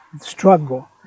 struggle